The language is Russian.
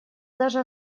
даже